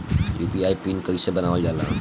UPI PIN कइसे बनावल जाला?